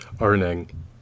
earning